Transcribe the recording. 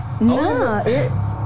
No